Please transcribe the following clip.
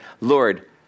Lord